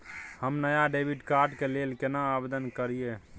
हम नया debit card के लेल केना आवेदन करियै?